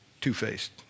Two-faced